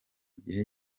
gihe